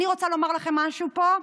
אני רוצה לומר לכם משהו פה: